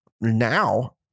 now